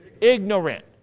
ignorant